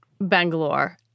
Bangalore